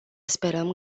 sperăm